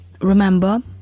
Remember